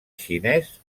xinès